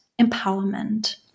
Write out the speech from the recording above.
empowerment